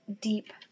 deep